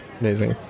Amazing